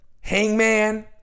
hangman